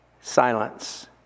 Silence